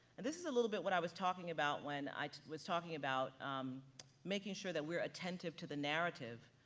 and this is a little bit what i was talking about when i was talking about making sure that we're attentive to the narrative,